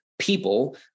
people